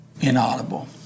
Inaudible